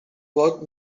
worked